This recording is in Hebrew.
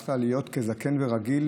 הצלחת להיות כזקן ורגיל